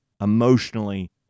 emotionally